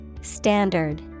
Standard